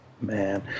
Man